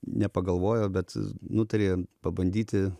nepagalvojo bet nutarė pabandyti